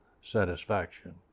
satisfaction